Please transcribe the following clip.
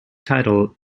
title